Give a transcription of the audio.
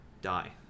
die